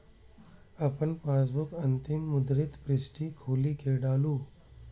अपन पासबुकक अंतिम मुद्रित पृष्ठ खोलि कें डालू